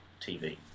TV